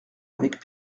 avec